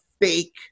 fake